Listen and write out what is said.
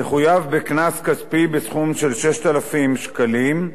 תחויב בקנס כספי בסכום של 6,000 שקלים.